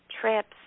trips